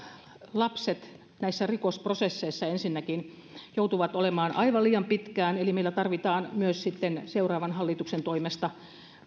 lapset näissä rikosprosesseissa joutuvat olemaan aivan liian pitkään eli meillä tarvitaan myös sitten seuraavan hallituksen toimesta